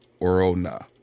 Orona